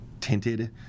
tinted